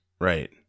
right